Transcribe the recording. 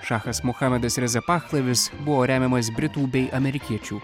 šachas mohamedas reza pahlavis buvo remiamas britų bei amerikiečių